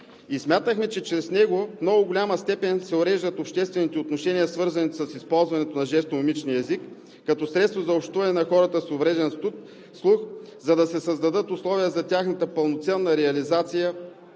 Смятахме, че чрез него в много голяма степен се уреждат обществените отношения, свързани с използването на жестомимичния език като средство за общуване на хората с увреден слух, за да се създадат условия за тяхната пълноценна реализация